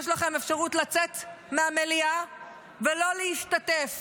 יש לכם אפשרות לצאת מהמליאה ולא להשתתף